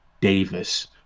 Davis